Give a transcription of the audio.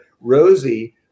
Rosie